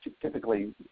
typically